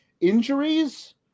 injuries